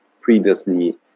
previously